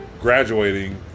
graduating